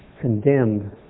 condemned